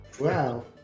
Wow